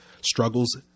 struggles